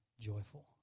joyful